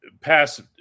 pass